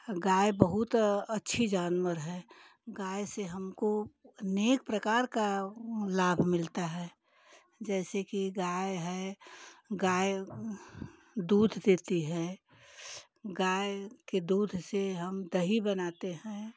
गाय बहुत अच्छी जानवर है गाय से हमको अनेक प्रकार का लाभ मिलता है जैसे कि गाय है गाय दूध देती है गाय के दूध से हम दही बनाते हैं